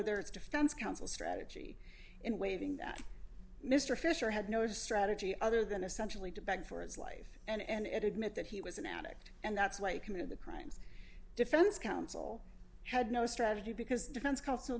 is defense counsel strategy in waiting that mr fisher had no strategy other than essentially to beg for his life and admit that he was an addict and that's why he committed the crimes defense counsel had no strategy because defense counsel